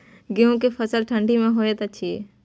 गेहूं के फसल ठंडी मे होय छै?